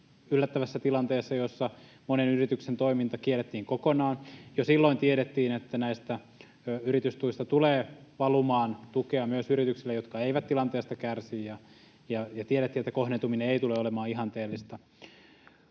yllättävässä tilanteessa, jossa monen yrityksen toiminta kiellettiin kokonaan. Jo silloin tiedettiin, että näistä yritystuista tulee valumaan tukea myös yrityksille, jotka eivät tilanteesta kärsi, ja tiedettiin, että kohdentuminen ei tule olemaan ihanteellista.